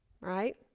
Right